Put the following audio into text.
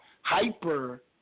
hyper